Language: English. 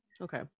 Okay